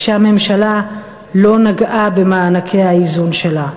שהממשלה לא נגעה במענקי האיזון שלהן.